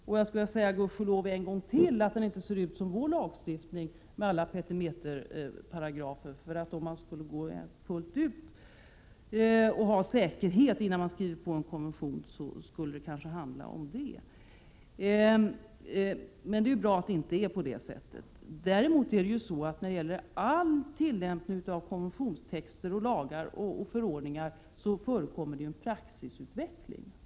Än en gång skulle jag vilja säga: Gudskelov att den inte ser ut som vår lagstiftning med alla petimeterparagrafer. Men det skulle det kanske handla om, om man tog steget fullt ut och krävde fullständig säkerhet innan man skrev på en konvention. Det är bra att det inte är på det sättet. När det gäller all tillämpning av konventionstext, lagar och förordningar förekommer en praxisutveckling.